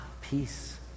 Peace